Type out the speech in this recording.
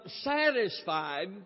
satisfied